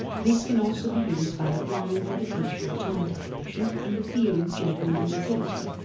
this can also be used by applying gravitational time dilation in the theory of general relativity,